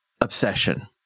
obsession